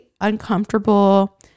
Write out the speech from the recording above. uncomfortable